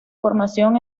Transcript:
formación